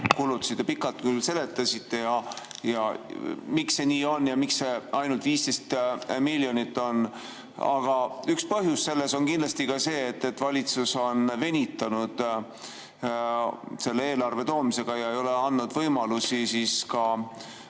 küll pikalt seletasite, miks see nii on, miks see ainult 15 miljonit on, aga üks põhjus on kindlasti ka see, et valitsus on venitanud selle eelarve toomisega ja ei ole andnud võimalusi pädevatel